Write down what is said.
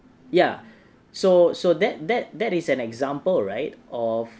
ya so so that that that is an example right of